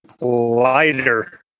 lighter